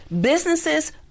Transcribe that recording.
businesses